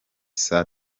saa